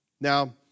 Now